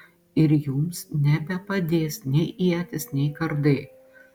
ir jums nebepadės nei ietys nei kardai